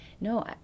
No